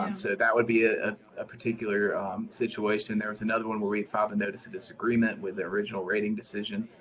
and so that would be a ah a particular situation. there was another one where we had filed a notice of disagreement with their original rating decision,